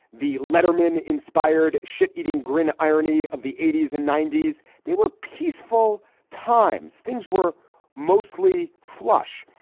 the letterman inspired shit eating grin. irony of the eighty s and ninety s. they were peaceful times. things were mostly flush.